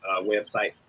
website